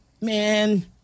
man